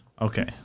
Okay